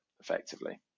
effectively